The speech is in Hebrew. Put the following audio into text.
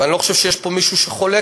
ואני לא חושב שיש פה מישהו שחולק,